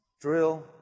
drill